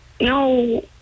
No